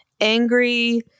angry